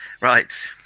Right